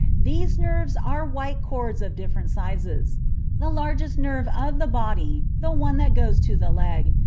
these nerves are white cords of different sizes the largest nerve of the body, the one that goes to the leg,